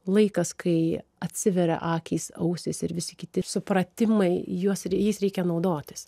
laikas kai atsiveria akys ausys ir visi kiti supratimai jos jais reikia naudotis